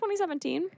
2017